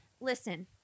listen